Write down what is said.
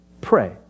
Pray